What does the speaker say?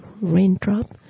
raindrop